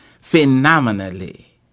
Phenomenally